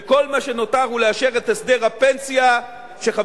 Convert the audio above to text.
וכל מה שנותר הוא לאשר את הסדר הפנסיה שסוכם,